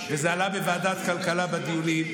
וזה עלה בוועדת הכלכלה בדיונים,